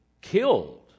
killed